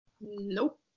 Nope